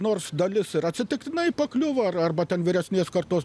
nors dalis ir atsitiktinai pakliuvo ar arba ten vyresnės kartos